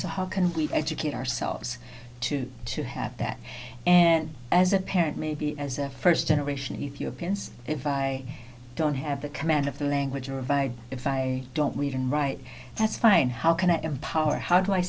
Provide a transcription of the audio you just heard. so how can we educate ourselves too to have that and as a parent maybe as a first generation if your peers if i don't have the command of the language of i if i don't read and write that's fine how can i empower how do i